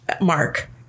Mark